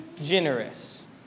generous